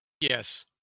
Yes